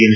N